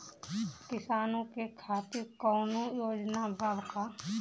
किसानों के खातिर कौनो योजना बा का?